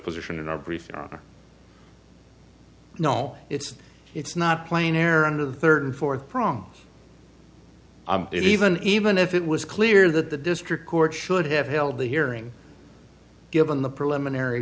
position in our brief no it's it's not plain air under the third fourth prong even even if it was clear that the district court should have held the hearing given the preliminary